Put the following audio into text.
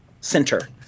Center